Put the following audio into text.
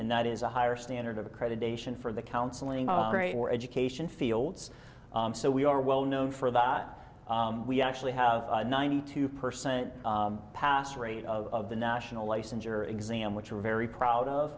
and that is a higher standard of accreditation for the counseling or education fields so we are well known for that we actually have ninety two percent pass rate of the national licensure exam which we're very proud of